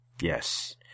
Yes